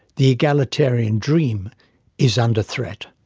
the egalitarian dream is under threat.